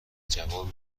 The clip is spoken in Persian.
جوابی